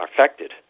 affected